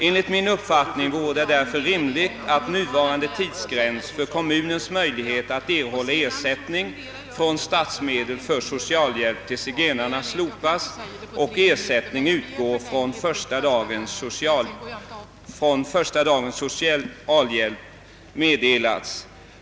Enligt min uppfattning vore det därför rimligt att nuvarande tidsgräns för kommuns möjlighet att erhålla ersättning av statsmedel för socialhjälp till zigenare slopas och ersättning utgår från första dagen som socialhjälp meddelats.